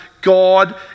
God